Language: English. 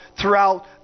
throughout